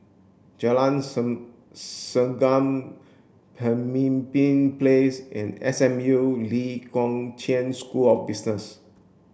Jalan Segam Pemimpin Place and S M U Lee Kong Chian School of Business